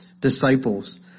disciples